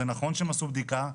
נכון שהם עשו בדיקה,